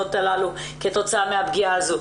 למעונות האלה כתוצאה מהפגיעה הזאת.